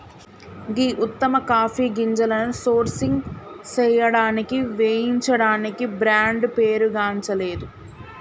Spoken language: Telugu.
గీ ఉత్తమ కాఫీ గింజలను సోర్సింగ్ సేయడానికి వేయించడానికి బ్రాండ్ పేరుగాంచలేదు